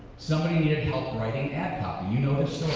somebody needed help writing ad copy, you know the